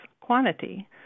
quantity